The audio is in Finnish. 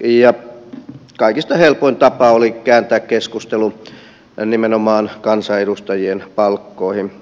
ja kaikista helpoin tapa oli kääntää keskustelu nimenomaan kansanedustajien palkkoihin